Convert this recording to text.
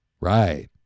Right